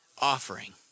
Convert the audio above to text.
offering